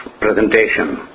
presentation